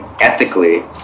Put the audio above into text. ethically